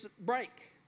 break